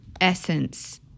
essence